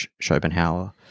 Schopenhauer